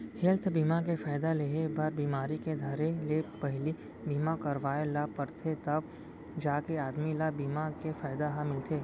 health बीमा के फायदा लेहे बर बिमारी के धरे ले पहिली बीमा करवाय ल परथे तव जाके आदमी ल बीमा के फायदा ह मिलथे